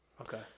Okay